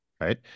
right